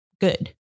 good